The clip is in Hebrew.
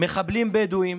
מחבלים בדואים,